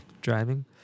driving